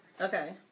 Okay